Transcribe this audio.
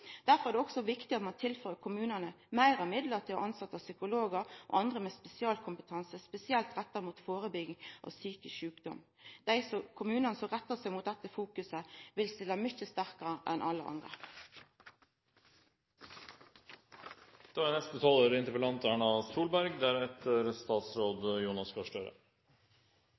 Derfor er det òg viktig at ein tilfører kommunane meir midlar til å tilsetja psykologar og andre med kompetanse spesielt retta mot førebygging av psykisk sjukdom. Dei kommunane som rettar seg mot dette, vil stilla mykje sterkare enn alle andre. Jeg nevnte innledningsvis at vi har 500 selvmord i året. Over en tiårsperiode er